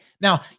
Now